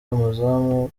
umuzamu